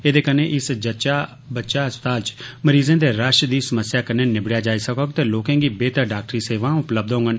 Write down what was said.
एह्दे कन्नै इस जच्चा बच्चा अस्पताल च मरीजें दे रश दी समस्या कन्नै निबड़ेया जाई सकोग ते लोकें गी बेह्तर डाक्टरी सेवां उपलब्य होंडन